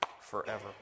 forever